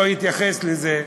לא אתייחס לזה,